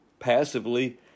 Passively